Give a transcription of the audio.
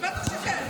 מה לעשות.